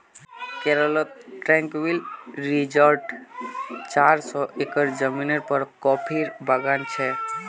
केरलत ट्रैंक्विल रिज़ॉर्टत चार सौ एकड़ ज़मीनेर पर कॉफीर बागान छ